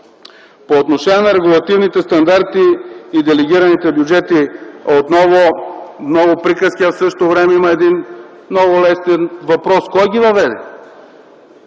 По отношение на регулативните стандарти и делегираните бюджети, отново има много приказки. В същото време има един много лесен въпрос: кой ги въведе?